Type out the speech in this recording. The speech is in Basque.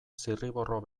zirriborro